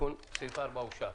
תיקון סעיף 4 אושר.